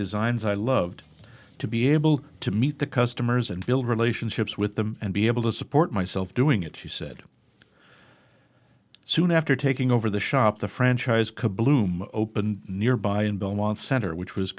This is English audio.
designs i loved to be able to meet the customers and build relationships with them and be able to support myself doing it she said soon after taking over the shop the franchise could bloom open nearby in belmont center which was